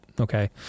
okay